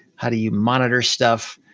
how do you monitor stuff?